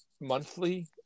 monthly